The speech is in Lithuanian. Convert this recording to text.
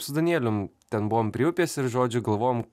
su danielium ten buvom prie upės ir žodžiu galvojom